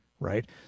Right